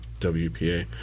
WPA